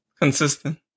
consistent